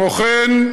כמו כן,